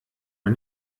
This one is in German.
man